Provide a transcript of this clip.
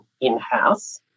in-house